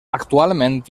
actualment